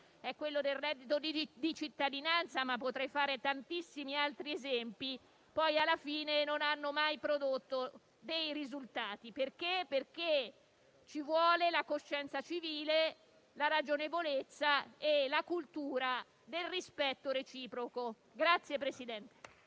relative al reddito di cittadinanza (ma potrei fare tantissimi altri esempi), alla fine non hanno mai prodotto risultati, perché ci vuole la coscienza civile, la ragionevolezza e la cultura del rispetto reciproco.